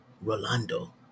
Rolando